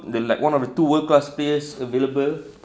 the like one of the two world class players available